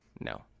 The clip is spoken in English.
No